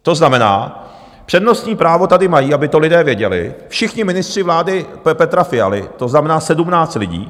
To znamená, přednostní právo tady mají, aby to lidé věděli, všichni ministři vlády Petra Fialy, to znamená 17 lidí.